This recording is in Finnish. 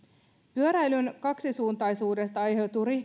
pyöräilyn kaksisuuntaisuudesta aiheutuu